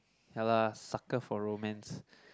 ya lah sucker for romance